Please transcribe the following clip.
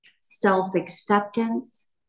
self-acceptance